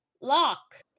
lock